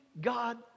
God